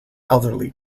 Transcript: elderly